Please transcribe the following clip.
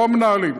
לא המנהלים.